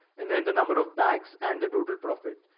and then the number of bags and the total profit.